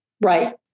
Right